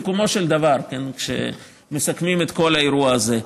בסיכומו של דבר, כשמסכמים את כל האירוע הזה,